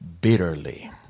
bitterly